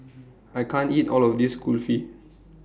I can't eat All of This Kulfi